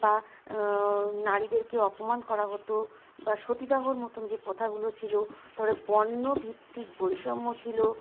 বা নারীদেরকে অপমান করা হতো বা সতীদাহর মতোন যে প্রথাগুলো ছিলো তারপরে বর্ণভিত্তিক বৈষম্য ছিলো